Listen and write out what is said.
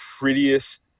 prettiest